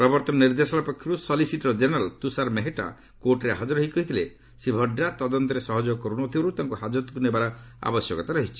ପ୍ରବର୍ତ୍ତନ ନିର୍ଦ୍ଦେଶାଳୟ ପକ୍ଷରୁ ସଲିସିଟର ଜେନେରାଲ ତୁଷାର ମେହେଟ୍ଟା କୋର୍ଟ୍ରେ ହାଜର ହୋଇ କହିଥିଲେ ଶ୍ରୀ ଭଡ୍ରା ତଦନ୍ତରେ ସହଯୋଗ କରୁନଥିବାରୁ ତାଙ୍କୁ ହାଜତକୁ ନେବାର ଆବଶ୍ୟକତା ରହିଛି